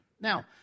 Now